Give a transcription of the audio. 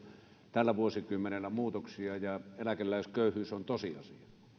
tällä vuosikymmenellä muutoksia ja eläkeläisköyhyys on